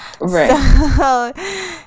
Right